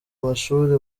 mashuri